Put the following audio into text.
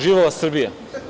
Živela Srbija!